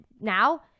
now